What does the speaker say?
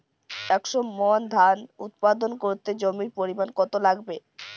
একশো মন ধান উৎপাদন করতে জমির পরিমাণ কত লাগবে?